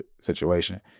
situation